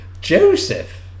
Joseph